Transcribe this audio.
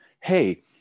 hey